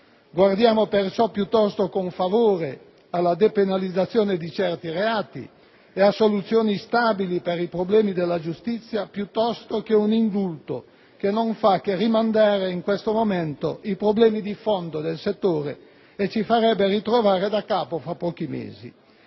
Guardiamo perciò piuttosto con favore alla depenalizzazione di certi reati e a soluzioni stabili per i problemi della giustizia piuttosto che un indulto che non fa che rimandare in questo momento i problemi di fondo del settore e ci farebbe ritrovare daccapo fra pochi mesi.